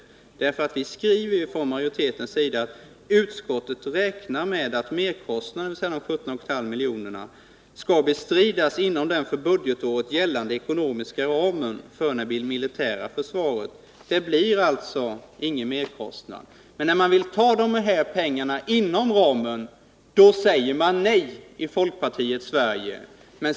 Majoriteten i utskottet skriver nämligen beträffande dessa 17,5 milj.kr. som en höjning av utryckningsbidraget medför, att utskottet räknar med att merkostnaden skall bestridas inom den för budgetåret gällande ekonomiska ramen för det militära försvaret. Det blir alltså ingen merkostnad. Men när man vill ta dessa pengar inom den ekonomiska ramen för det militära försvaret, då säger man nej i folkpartiets Sverige.